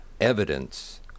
evidence